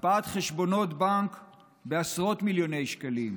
הקפאת חשבונות בנק בעשרות מיליוני שקלים,